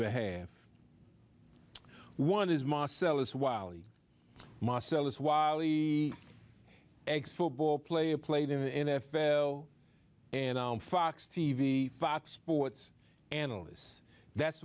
behalf one is marcellus wiley marcellus wile e ex football player played in the n f l and on fox t v fox sports analysts that's